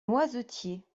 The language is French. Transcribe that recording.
noisetiers